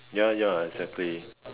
ya ya exactly